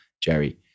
Jerry